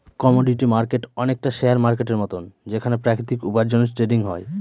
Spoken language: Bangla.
কমোডিটি মার্কেট অনেকটা শেয়ার মার্কেটের মতন যেখানে প্রাকৃতিক উপার্জনের ট্রেডিং হয়